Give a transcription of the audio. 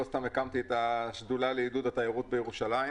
לא סתם הקמתי את השדולה לעידוד התיירות בירושלים.